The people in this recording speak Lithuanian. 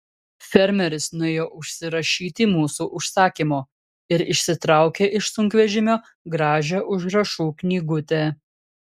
fermeris nuėjo užsirašyti mūsų užsakymo ir išsitraukė iš sunkvežimio gražią užrašų knygutę